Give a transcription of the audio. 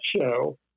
show